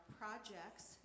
projects